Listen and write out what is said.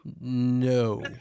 No